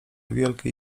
wielkie